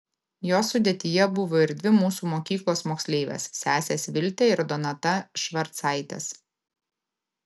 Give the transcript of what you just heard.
jos sudėtyje buvo ir dvi mūsų mokyklos moksleivės sesės viltė ir donata švarcaitės